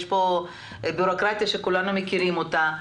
יש פה בירוקרטיה שכולנו מכירים אותה.